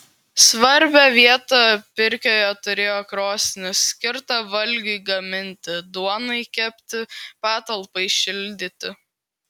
svarbią vietą pirkioje turėjo krosnis skirta valgiui gaminti duonai kepti patalpai šildyti